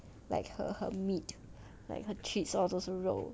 like her her meat like her treats all 都是肉